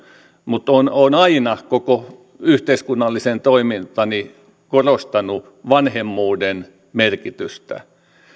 mutta olen aina koko yhteiskunnallisen toimintani ajan korostanut vanhemmuuden merkitystä